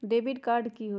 Debit card की होई?